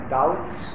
doubts